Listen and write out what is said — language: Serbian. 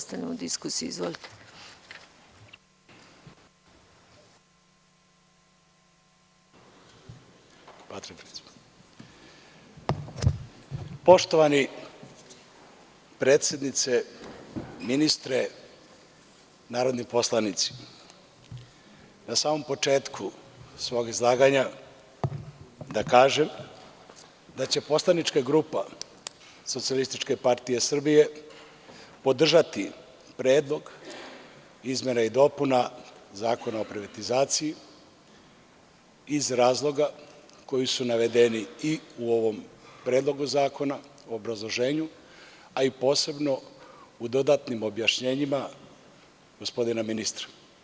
Poštovana predsednice, ministre, narodni poslanici, na samom početku svog izlaganja da kažem da će poslanička grupa SPS podržati Predlog izmena i dopuna Zakona o privatizaciji iz razloga koji su navedeni i u ovom Predlogu zakona, u obrazloženju, a i posebno u dodatnim objašnjenjima gospodina ministra.